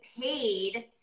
paid